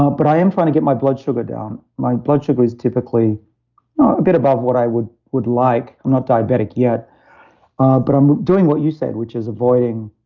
ah but i am trying to get my blood sugar down. my blood sugar is typically a bit above what i would would like. i'm not diabetic yet but i'm doing what you said, which is avoiding